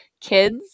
Kids